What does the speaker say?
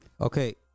Okay